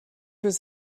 was